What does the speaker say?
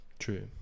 True